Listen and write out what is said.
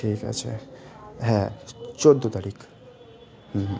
ঠিক আছে হ্যাঁ চৌদ্দ তারিখ হুম